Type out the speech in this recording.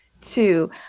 two